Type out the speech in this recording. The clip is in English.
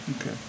Okay